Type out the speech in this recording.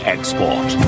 Export